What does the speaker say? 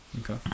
Okay